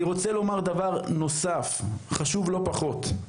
אני רוצה לומר דבר נוסף, חשוב לא פחות.